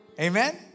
Amen